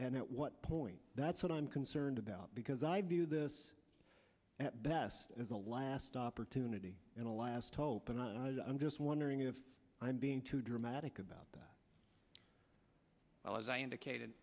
and at what point that's what i'm concerned about because i view this at best is the last opportunity in the last hope and i'm just wondering if being too dramatic about that well as i indicated